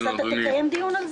אדוני --- אז אתה תקיים דיון ?